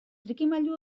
trikimailu